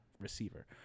receiver